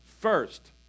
first